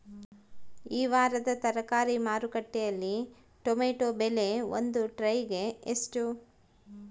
ಈ ವಾರದ ತರಕಾರಿ ಮಾರುಕಟ್ಟೆಯಲ್ಲಿ ಟೊಮೆಟೊ ಬೆಲೆ ಒಂದು ಟ್ರೈ ಗೆ ಎಷ್ಟು?